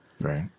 Right